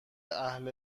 اهل